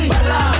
Bala